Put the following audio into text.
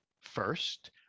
First